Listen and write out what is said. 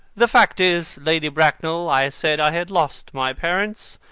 the fact is, lady bracknell, i said i had lost my parents.